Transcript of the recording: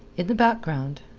in the background,